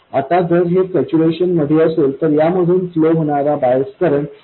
आता जर हे सॅच्यूरेशन मध्ये असेल तर यामधून फ्लो होणारा बायस करंट I0 असेल